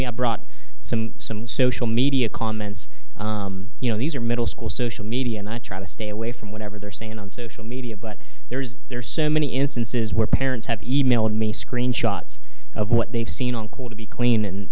media brought some some social media comments you know these are middle school social media and i try to stay away from whatever they're saying on social media but there's there are so many instances where parents have e mailed me screenshots of what they've seen on call to be clean and